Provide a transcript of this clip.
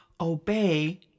obey